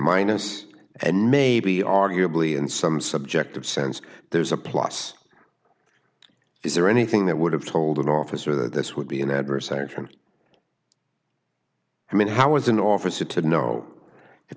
minus and maybe arguably in some subjective sense there's a plus is there anything that would have told an officer that this would be an adverse action i mean how is an officer to know if